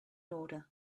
order